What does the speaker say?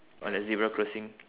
on the zebra crossing